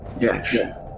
yes